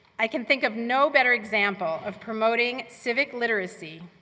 i can think of no better example of promoting civic literacy,